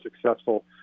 successful